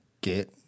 get